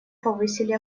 повысили